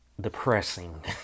depressing